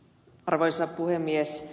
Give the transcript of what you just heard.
arvoisa puhemies